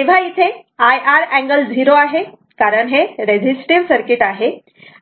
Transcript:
तेव्हा इथे IR angle 0 आहे कारण हे रेझिस्टिव्ह सर्किट आहे